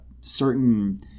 certain